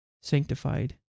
sanctified